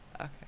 Okay